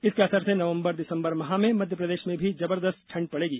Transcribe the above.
इसके असर से नवंबर दिसंबर माह में मध्य प्रदेश में भी जबरदस्त ठंड पड़ेगी